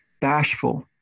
bashful